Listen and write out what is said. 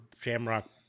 shamrock